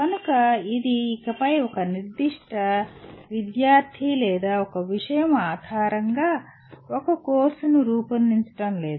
కనుక ఇది ఇకపై ఒక నిర్దిష్ట విద్యార్ధి లేదా ఒక విషయం ఆధారంగా ఒక కోర్సును రూపొందించడం లేదు